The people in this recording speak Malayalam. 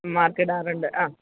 മാർക്കിടാറുണ്ട് ആ